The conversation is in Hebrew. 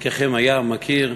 חלקכם היה, מכיר,